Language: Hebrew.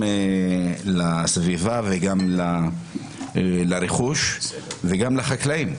-- גם לסביבה וגם לרכוש וגם לחקלאים.